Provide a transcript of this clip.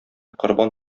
корбан